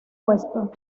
puesto